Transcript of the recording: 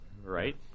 Right